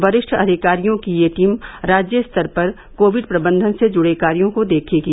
वरिष्ठ अधिकारियों की यह टीम राज्य स्तर पर कोविड प्रबंधन से जुड़े कार्यों को देखेगी